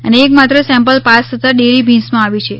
અને એક માત્ર સેમ્પલ પાસ થતાં ડેરી ભીંસમાં આવી છે